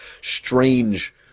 strange